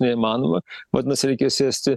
neįmanoma vadinasi reikės sėsti